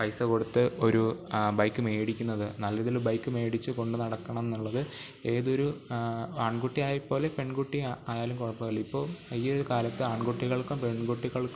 പൈസ കൊടുത്ത് ഒരു ബൈക്ക് മേടിക്കുന്നത് നല്ലൊരു ബൈക്ക് മേടിച്ച് കൊണ്ടുനടക്കണം എന്നുള്ളത് ഏതൊരു ആൺകുട്ടിയായി പോലെ പെൺകുട്ടി ആയാലും കുഴപ്പമില്ല ഇപ്പോൾ ഈയൊരു കാലത്ത് ആൺകുട്ടികൾക്കും പെൺകുട്ടികൾക്കും